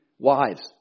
Wives